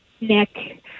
Nick